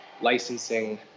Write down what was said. licensing